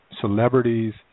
celebrities